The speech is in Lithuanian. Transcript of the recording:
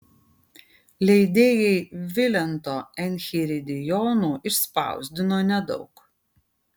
leidėjai vilento enchiridionų išspausdino nedaug